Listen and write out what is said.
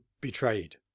betrayed